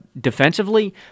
defensively